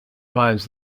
finds